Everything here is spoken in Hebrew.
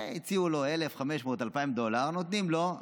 הציעו לו 1,500, 2,000 דולר, נותנים לו.